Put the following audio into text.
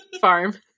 farm